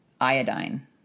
iodine